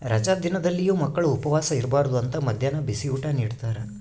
ರಜಾ ದಿನದಲ್ಲಿಯೂ ಮಕ್ಕಳು ಉಪವಾಸ ಇರಬಾರ್ದು ಅಂತ ಮದ್ಯಾಹ್ನ ಬಿಸಿಯೂಟ ನಿಡ್ತಾರ